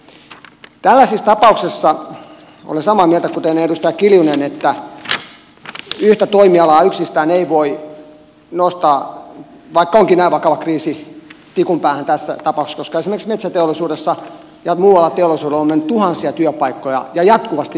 tällaisissa tapauksissa olen samaa mieltä kuin edustaja kiljunen että yhtä toimialaa yksistään ei voi nostaa vaikka onkin näin vakava kriisi tikun päähän tässä tapauksessa koska esimerkiksi metsäteollisuudessa ja muualla teollisuudella on mennyt tuhansia työpaikkoja ja jatkuvasti menee lisää